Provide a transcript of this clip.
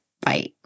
Bye